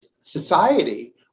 society